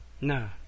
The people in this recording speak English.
No